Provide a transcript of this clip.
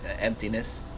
emptiness